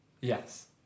Yes